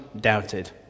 doubted